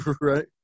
Right